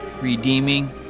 redeeming